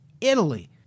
Italy